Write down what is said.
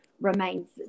remains